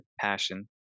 passion